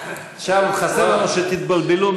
חסר לנו שתתבלבלו,